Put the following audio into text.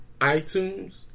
iTunes